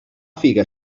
figa